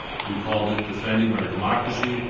we called it defending our democracy.